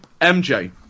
MJ